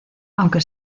aunque